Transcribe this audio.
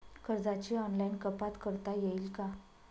कर्जाची ऑनलाईन कपात करता येईल का?